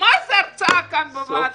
מה זה ההרצאה כאן בוועדה?